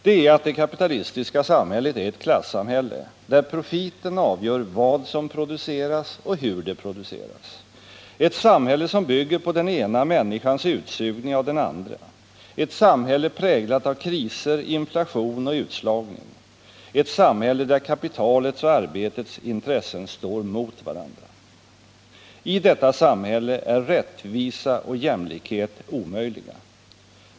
Det är att det kapitalistiska samhället är ett klassamhälle, där profiten avgör vad som produceras och hur det produceras, ett samhälle som bygger på den ena människans utsugning av den andra, ett samhälle präglat av kriser, inflation och utslagning, ett samhälle där kapitalets och arbetets intressen står mot varandra. I detta samhälle är rättvisa och jämlikhet omöjliga.